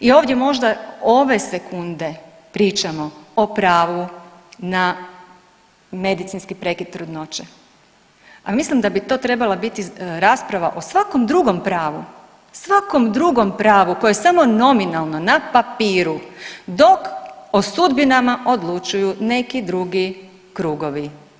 I ovdje možda ove sekunde pričamo o pravu na medicinski prekid trudnoće, ali mislim da bi to trebala rasprava o svakom drugom pravu, svakom drugom pravu koje je samo nominalno na papiru dok o sudbinama odlučuju neki drugi krugovi.